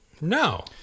No